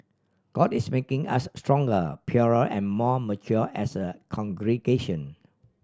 god is making us stronger purer and more mature as a congregation